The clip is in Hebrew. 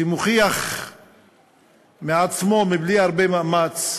שמוכיח מעצמו, בלי הרבה מאמץ,